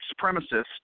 supremacists